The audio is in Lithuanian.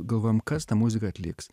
galvojam kas tą muziką atliks